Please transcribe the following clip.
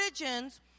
religions